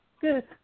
Good